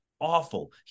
awful